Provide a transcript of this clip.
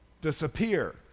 disappear